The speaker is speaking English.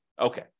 Okay